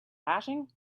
hashing